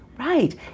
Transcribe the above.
Right